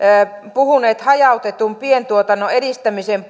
puhuneet hajautetun pientuotannon edistämisen